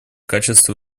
качестве